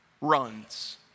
runs